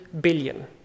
billion